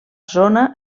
zona